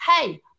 hey